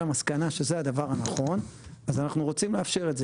למסקנה שזה הדבר הנכון אז אנחנו רוצים לאפשר את זה.